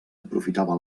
aprofitava